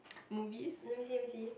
movies